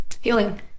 Healing